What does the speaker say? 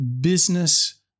business